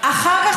אחר כך,